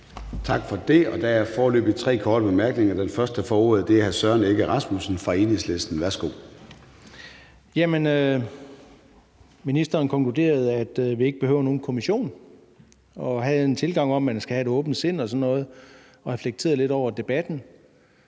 Tak for det. Der er foreløbig tre korte bemærkninger. Den første, der får ordet, er hr. Søren Egge Rasmussen fra Enhedslisten. Værsgo. Kl. 21:49 Søren Egge Rasmussen (EL): Ministeren konkluderede, at vi ikke behøver nogen kommission, og havde en tilgang om, at man skal have et åbent sind og sådan noget, og reflekterede lidt over debatten.